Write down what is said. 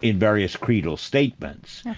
in various creedal statements,